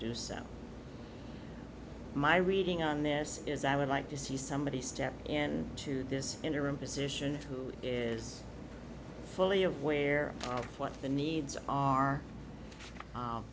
do so my reading on this is i would like to see somebody step in to this interim position who is fully aware of what the needs are